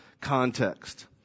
context